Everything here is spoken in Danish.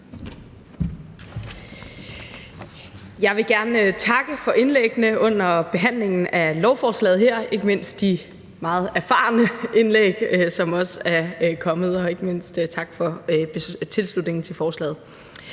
Jeg vil gerne takke for indlæggene under behandlingen af lovforslaget, ikke mindst indlæggene fra de meget erfarne, der også har været her, og ikke mindst tak for tilslutningen til forslaget.